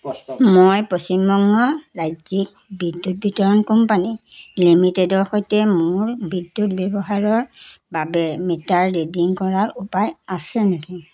মই পশ্চিম বংগ ৰাজ্যিক বিদ্যুৎ বিতৰণ কোম্পানী লিমিটেডৰ সৈতে মোৰ বিদ্যুৎ ব্যৱহাৰৰ বাবে মিটাৰ ৰিডিং কৰাৰ উপায় আছে নেকি